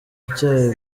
icyayi